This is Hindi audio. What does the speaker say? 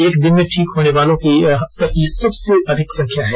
एक दिन में ठीक होने वालों की यह अब तक की सबसे अधिक संख्या है